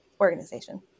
organization